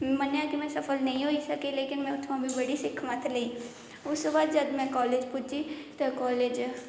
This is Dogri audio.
मन्नेआ कि में सफल नेईं होई सकी लेकिन में उत्थुआं बी बड़ी सिक्खमत लेई उस थमां बाद जदूं में कालेज च पुज्जी ते कालेज